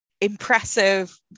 impressive